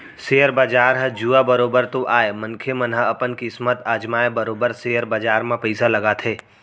share बजार ह जुआ बरोबर तो आय मनखे मन ह अपन किस्मत अजमाय बरोबर सेयर बजार म पइसा लगाथे